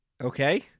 Okay